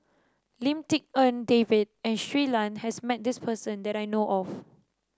Lim Tik En David and Shui Lan has met this person that I know of